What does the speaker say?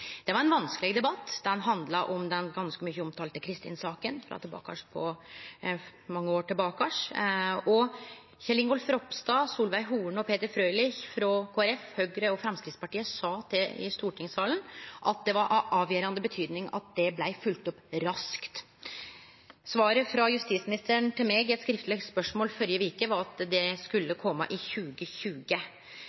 Det var ein vanskeleg debatt og handla om den ganske mykje omtalte Kristin-saka mange år tilbake. Representantane Kjell Ingolf Ropstad, Solveig Horne og Peter Frølich frå Kristeleg Folkeparti, Framstegspartiet og Høgre sa her i stortingssalen at det var av avgjerande betydning at det blei følgt opp raskt. Svaret frå justisministeren til meg på eit skriftleg spørsmål førre veke var at det